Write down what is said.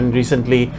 recently